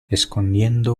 escondiendo